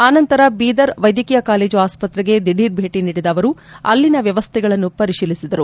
ಅನಂತರ ಬೀದರ್ ವೈದ್ಯಕೀಯ ಕಾಲೇಜು ಆಸ್ಪತ್ರೆಗೆ ದಿಢೀರ್ ಭೇಟಿ ನೀಡಿದ ಅವರು ಅಲ್ಲಿನ ವ್ಯವಸ್ಠೆಗಳನ್ನು ಪರಿಶೀಲಿಸಿದರು